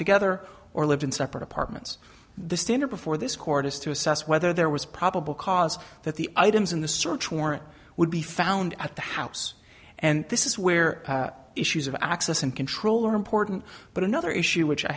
together or lived in separate apartments the standard before this court is to assess whether there was probable cause that the items in the search warrant would be found at the house and this is where issues of access and control are important but another issue which i